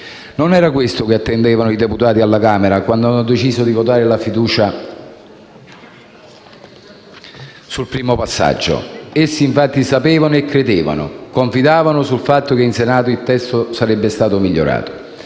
Non era questo che si attendevano i deputati alla Camera quando hanno deciso di votare la fiducia sul primo passaggio. Essi infatti sapevano, credevano e confidavano sul fatto che in Senato il testo sarebbe stato migliorato.